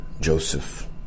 Joseph